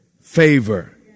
favor